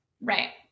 Right